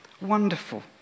Wonderful